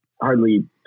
hardly